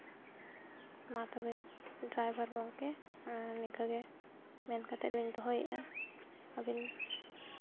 ᱢᱟ ᱛᱚᱵᱮ ᱰᱨᱟᱭᱵᱷᱟᱨ ᱜᱚᱢᱠᱮ ᱟᱨ ᱱᱤᱝᱠᱟᱹ ᱜᱮ ᱢᱮᱱ ᱠᱟᱛᱮ ᱞᱤᱧ ᱫᱚᱦᱚᱭᱮᱜᱼᱟ ᱟᱹᱵᱤᱱ